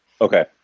okay